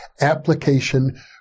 Application